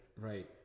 Right